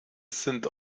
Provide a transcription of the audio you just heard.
sind